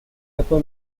pepper